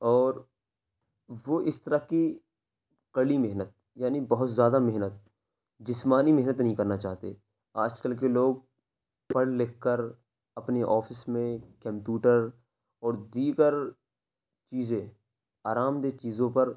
اور وہ اس طرح کی کڑی محنت یعنی بہت زیادہ محنت جسمانی محنت نہیں کرنا چاہتے آج کل کے لوگ پڑھ لکھ کر اپنے آفس میں کمپیوٹر اور دیگر چیزیں آرام دہ چیزوں پر